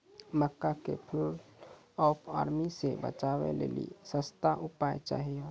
मक्का के fall of army से बचाबै लेली सस्ता उपाय चाहिए?